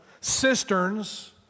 cisterns